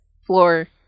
floor